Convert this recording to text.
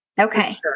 Okay